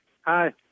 Hi